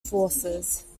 forces